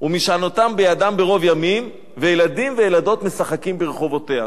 ומשענותם בידם מרוב ימים וילדים וילדות משחקים ברחובותיה.